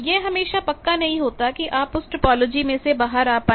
यह हमेशा पक्का नहीं होता कि आप उस टोपोलॉजी में से बाहर आ पाए